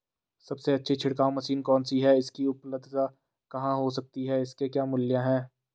सबसे अच्छी छिड़काव मशीन कौन सी है इसकी उपलधता कहाँ हो सकती है इसके क्या मूल्य हैं?